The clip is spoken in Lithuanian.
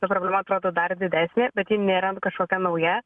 ta problema atrodo dar didesnė bet ji nėra kažkokia nauja